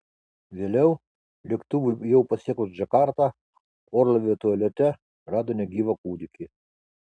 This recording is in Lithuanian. vėliau lėktuvui jau pasiekus džakartą orlaivio tualete rado negyvą kūdikį